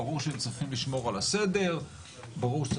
ברור שהם צריכים לשמור על הסדר,